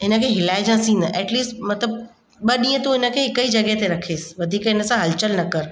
हिन खे हिलाइजसि ई न एटलीस्ट मतिलबु ॿ ॾींहं तूं हिन खे हिकु ई जॻहि ते रखेसि वधीक हिन सां हलचलि न कर